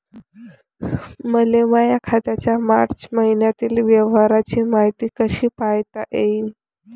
मले माया खात्याच्या मार्च मईन्यातील व्यवहाराची मायती कशी पायता येईन?